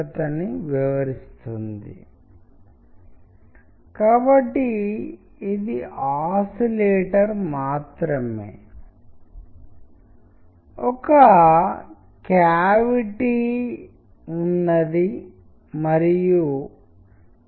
ఇది మళ్లీ సంబంధితమైన ప్రెజెంటేషన్లతో అనుసంధానించబడుతుంది కానీ సాధారణ శబ్దాలు లేదా సంగీతంలో ఖచ్చితంగా అవసరమైతే తప్ప మరియు సంగీతం నిర్దిష్టంగా ఉంటే తప్ప ప్రెజెంటేషన్లలో దూరంగా ఉంచాలి ఎందుకంటే అవి మన దృష్టిని మరల్చుతాయి